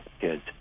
kids